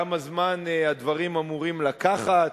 כמה זמן הדברים אמורים לקחת.